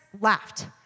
laughed